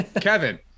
Kevin